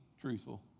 truthful